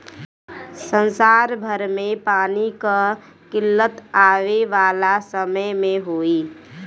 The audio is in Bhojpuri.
संसार भर में पानी कअ किल्लत आवे वाला समय में होई